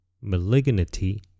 malignity